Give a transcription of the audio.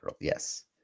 Yes